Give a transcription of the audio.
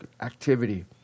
activity